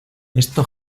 esto